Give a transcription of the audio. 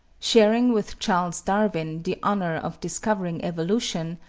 sharing with charles darwin the honor of discovering evolution,